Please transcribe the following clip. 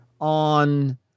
on